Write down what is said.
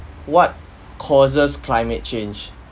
what causes climate change